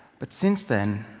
but since then,